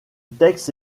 texte